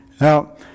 Now